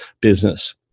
business